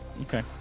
Okay